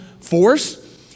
force